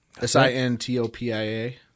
S-I-N-T-O-P-I-A